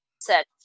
Set